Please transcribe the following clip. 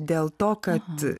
dėl to kad